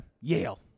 Yale